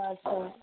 अच्छा